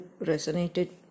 resonated